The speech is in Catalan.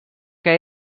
que